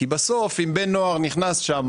בסוף, אם בן נוער נכנס לשם